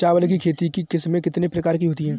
चावल की खेती की किस्में कितने प्रकार की होती हैं?